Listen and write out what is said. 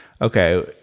Okay